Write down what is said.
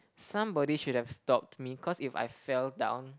somebody should have stopped me cause if I fell down